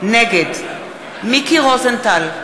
נגד מיקי רוזנטל,